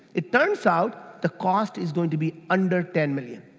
it turns out the cost is going to be under ten million,